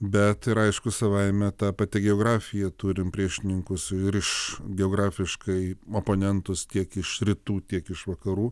bet ir aišku savaime ta pati geografija turim priešininkus ir iš geografiškai oponentus tiek iš rytų tiek iš vakarų